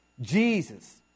Jesus